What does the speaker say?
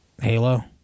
Halo